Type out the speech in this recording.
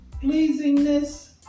pleasingness